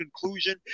conclusion